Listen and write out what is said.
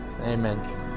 Amen